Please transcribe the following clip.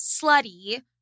slutty